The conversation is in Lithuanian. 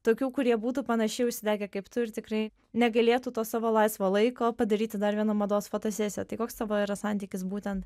tokių kurie būtų panašiai užsidegę kaip tu ir tikrai negailėtų to savo laisvo laiko padaryti dar vieną mados fotosesiją tai koks tavo yra santykis būtent